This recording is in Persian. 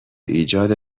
ایجاد